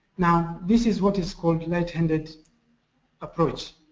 now, this is what is called light-handed approach.